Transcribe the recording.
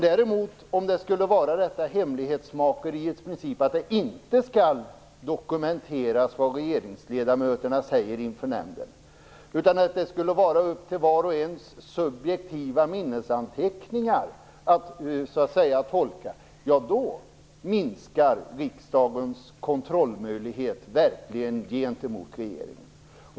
Om det däremot var hemlighetsmakeriets princip som gällde - att det inte skall dokumenteras vad regeringsledamöterna säger inför nämnden utan att det skall vara upp till var och en att utifrån subjektiva minnesanteckningar så att säga tolka det hela - minskar riksdagens kontrollmöjlighet verkligen gentemot regeringen.